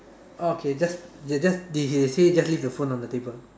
okay just they just they they say just leave the phone on the table